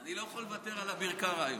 אני לא יכול לוותר על אביר קארה היום.